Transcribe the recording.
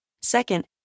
Second